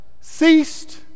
ceased